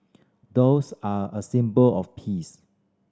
doves are a symbol of peace